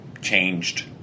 changed